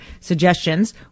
suggestions